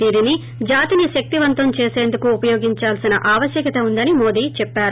దీనిని జాతిని శక్తివంతం చేసేందుకు ఉపయోగిందాల్సిన ఆవశ్యకత వుందని మోదీ చెప్పారు